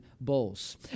bowls